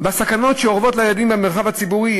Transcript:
הסכנות שאורבות לילדים במרחב הציבורי,